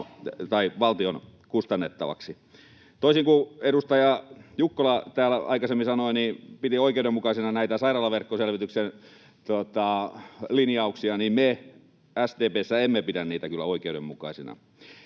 toki valtion kustannettaviksi. Toisin kuin edustaja Jukkola täällä aikaisemmin sanoi, että piti oikeudenmukaisina näitä sairaalaverkkoselvityksen linjauksia, niin me SDP:ssä emme pidä niitä kyllä oikeudenmukaisina.